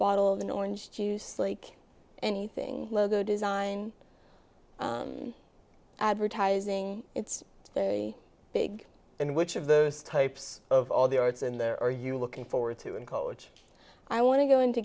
bottle of an orange juice like anything logo design advertising it's big in which of those types of all the arts and there are you looking forward to in college i want to go into